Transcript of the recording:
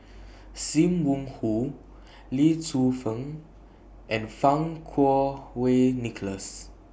SIM Wong Hoo Lee Tzu Pheng and Fang Kuo Wei Nicholas